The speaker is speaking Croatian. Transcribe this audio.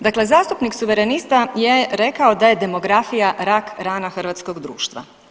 Dakle, zastupnik Suverenista je rekao da je demografija rak rana hrvatskog društva.